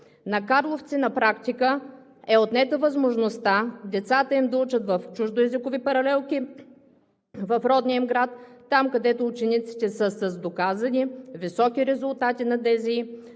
На карловци на практика е отнета възможността децата им да учат в чуждоезикови паралелки в родния им град – там, където учениците са с доказани високи резултати на